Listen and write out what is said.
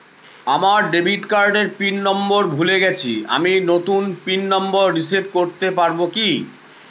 আমার ডেবিট কার্ডের pin number ভুলে গেছি আমি নূতন পিন নম্বর রিসেট করতে পারবো কি?